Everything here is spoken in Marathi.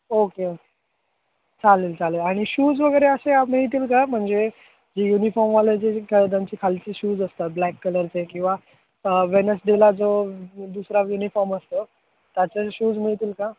ओके ओके चालेल चालेल आणि शूज वगैरे असे मिळतील का म्हणजे जे युनिफॉर्मवाले जे त्यांची खालचे शूज असतात ब्लॅक कलरचे किंवा वेनसडेला जो दुसरा युनिफॉर्म असतो त्याचे शूज मिळतील का